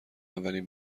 اولین